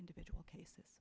individual cases